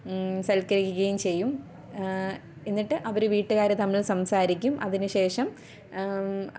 സൽക്കരിക്കുകയും ചെയ്യും എന്നിട്ട് അവര് വീട്ടുകാര് തമ്മിൽ സംസാരിക്കും അതിനുശേഷം